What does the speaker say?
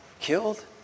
killed